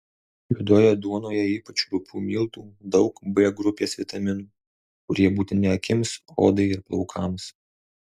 juodoje duonoje ypač rupių miltų daug b grupės vitaminų kurie būtini akims odai ir plaukams